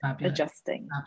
adjusting